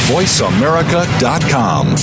VoiceAmerica.com